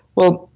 well,